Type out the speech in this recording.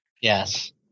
Yes